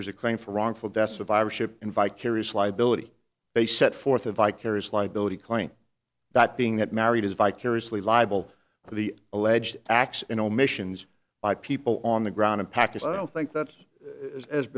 there is a claim for wrongful death survivorship in vicarious liability they set forth a vicarious liability claim that being that married is vicariously liable for the alleged acts and omissions by people on the ground in pakistan i don't think that's as